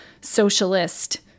socialist